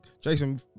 Jason